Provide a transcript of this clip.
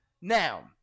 Now